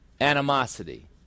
animosity